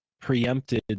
preempted